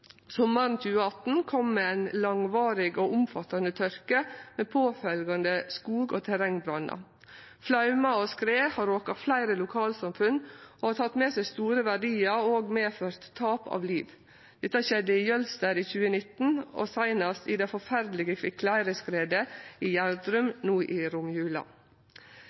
Sommaren 2018 kom med ein langvarig og omfattande tørke med påfølgjande skog- og terrengbrannar. Flaumar og skred har råka fleire lokalsamfunn og teke med seg store verdiar – og òg medført tap av liv. Dette skjedde i Jølster i 2019 og seinast i det forferdelege kvikkleireskredet i Gjerdrum no i